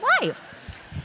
life